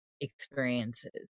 experiences